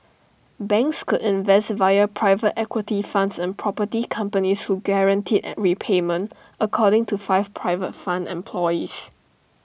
banks could invest via private equity funds in property companies who guaranteed repayment according to five private fund employees